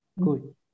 Good